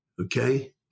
Okay